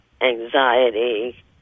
anxiety